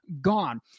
gone